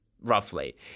roughly